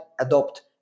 adopt